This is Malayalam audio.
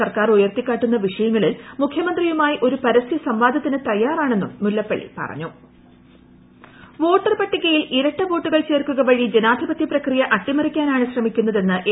സർക്കാർ ഉയർത്തിക്കാട്ടുന്ന് വിഷയങ്ങങ്ങളിൽ മുഖ്യമന്ത്രിയുമായി ഒരു പരസ്യ സംവാദത്തിന് തയ്യാറാണെന്നും മുല്ലപ്പള്ളി പറഞ്ഞു വോട്ടർ പട്ടിക വോട്ടർ പട്ടികയിൽ ഇരട്ട വോട്ടുകൾ ചേർക്കുക വഴി ജനാധിപത്യ പ്രക്രിയ അട്ടിമറിക്കാനാണ് ശ്രമിക്കുന്നതെന്ന് എ